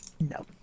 No